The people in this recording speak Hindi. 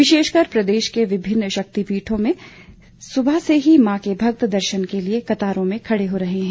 विशेषकर प्रदेश के विभिन्न शक्तिपीठों में सुबह से ही मां के भक्त दर्शन के लिए कतारों में खड़े हो रहे हैं